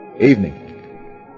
Evening